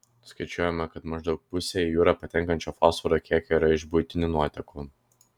skaičiuojama kad maždaug pusė į jūrą patenkančio fosforo kiekio yra iš buitinių nuotekų